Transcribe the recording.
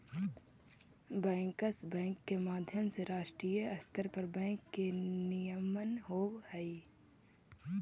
bankers bank के माध्यम से राष्ट्रीय स्तर पर बैंक के नियमन होवऽ हइ